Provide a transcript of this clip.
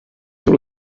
sur